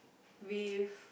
with